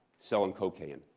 selling cocaine.